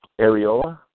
Ariola